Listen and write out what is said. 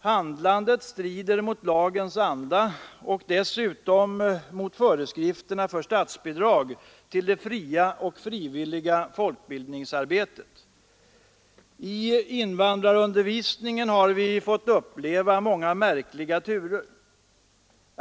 Handlandet strider mot lagens anda och dessutom mot föreskrifterna för statsbidrag till det fria och frivilliga folkbildningsarbetet. I invandrarundervisningen har vi fått uppleva många märkliga turer.